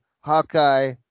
Hawkeye